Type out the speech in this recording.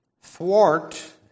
thwart